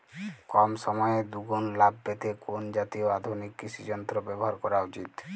কম সময়ে দুগুন লাভ পেতে কোন জাতীয় আধুনিক কৃষি যন্ত্র ব্যবহার করা উচিৎ?